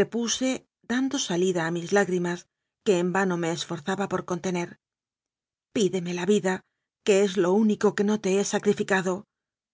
repuse dando salida a mis lágrimas que en vano me esforzaba por contener pídeme la vida que es lo único que no te he sacrificado